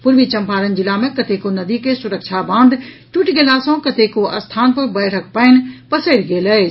पूर्वी चम्पारण जिला मे कतेको नदी के सुरक्षा बांध टूटि गेला सँ कतेको स्थान पर बाढिक़ पानि पसरि गेल अछि